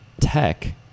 tech